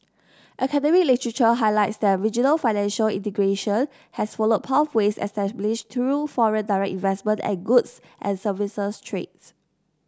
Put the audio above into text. academic literature highlights that regional financial integration has followed pathways established through foreign direct investment and goods and services trades